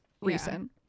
recent